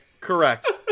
Correct